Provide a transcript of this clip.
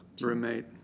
Roommate